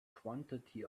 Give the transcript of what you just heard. quantity